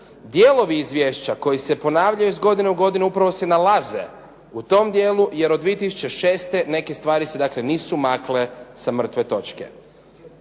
Dijelovi izvješća koji se ponavljaju iz godine u godinu upravo se nalaze u tom dijelu jer od 2006. neke stvari se dakle nisu makle sa mrtve točke.